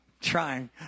trying